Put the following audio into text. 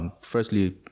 firstly